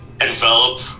envelop